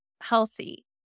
healthy